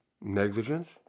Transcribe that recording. Negligence